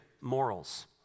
morals